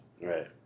Right